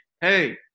hey